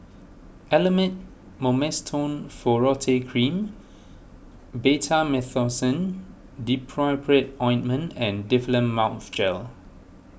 Elomet Mometasone Furoate Cream Betamethasone Dipropionate Ointment and Difflam Mouth Gel